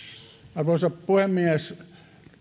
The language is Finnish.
arvoisa puhemies